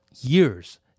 years